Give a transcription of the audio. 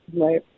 right